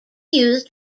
used